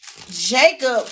jacob